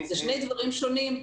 זה שני דברים שונים,